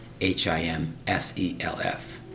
H-I-M-S-E-L-F